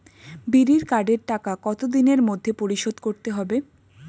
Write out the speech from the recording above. বিড়ির কার্ডের টাকা কত দিনের মধ্যে পরিশোধ করতে হবে?